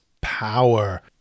power